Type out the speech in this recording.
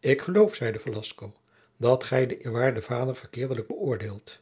ik geloof zeide velasco dat gij den eerwaarden vader verkeerdelijk bëoordeelt